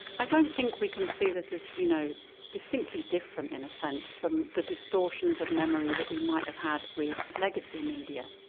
i don't think we can see this as you know distinctly different, in a sense, from the distortions of memory that we might have had with legacy media.